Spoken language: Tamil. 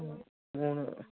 மூணு